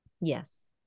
Yes